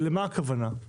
כלומר,